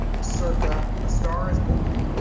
circa a star is born.